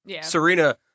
Serena